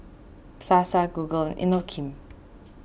Sasa Google Inokim